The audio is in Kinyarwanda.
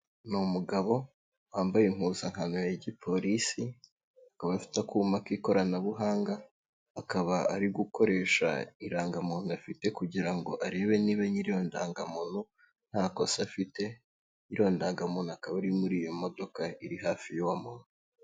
Ni umugabo wambaye impuzankano ya gipolisi, akaba afite akuma k'ikoranabuhanga, akaba ari gukoresha irangamuntu afite kugira ngo arebe niba nyiriyo ndangamuntu nta kosa afite, nyiriyo ndangamuntu akaba ari muri iyo modoka iri hafi y'uwo muntu.